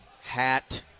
hat